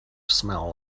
smell